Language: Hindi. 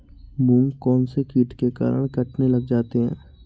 मूंग कौनसे कीट के कारण कटने लग जाते हैं?